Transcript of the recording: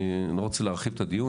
אני לא רוצה להרחיב את הדיון.